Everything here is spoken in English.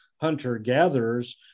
hunter-gatherers